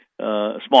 small